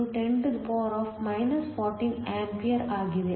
36 x 10 14A ಆಗಿದೆ